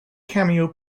cameo